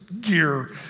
gear